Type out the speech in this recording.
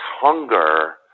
hunger